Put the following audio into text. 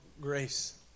grace